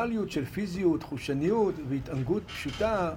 מנטליות של פיזיות, חושניות והתענגות פשוטה,